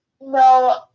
No